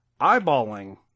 eyeballing